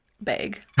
bag